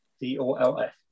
D-O-L-F